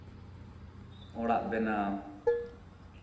ᱚᱲᱟᱜ ᱵᱮᱱᱟᱣ